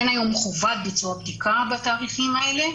אין היום חובת ביצוע בדיקה בתאריכים האלה.